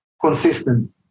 consistent